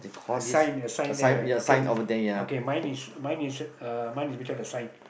a sign a sign there right okay okay mine is mine is uh mine is without the sign